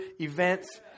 events